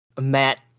Matt